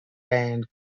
band